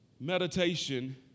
meditation